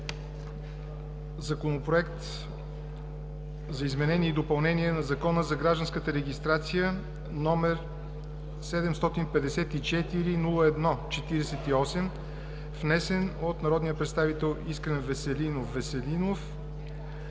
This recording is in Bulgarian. Законопроект за изменение и допълнение на Закона за гражданската регистрация, № 754 01 48, внесен от народния представител Искрен Веселинов